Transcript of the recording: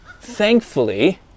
Thankfully